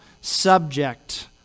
subject